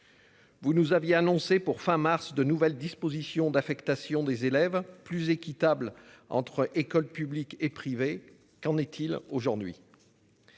Vous nous aviez annoncé pour fin mars de nouvelles dispositions d'affectation des élèves plus équitable entre écoles publiques et privées. Qu'en est-il aujourd'hui.